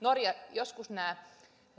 joskus nämä